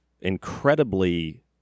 incredibly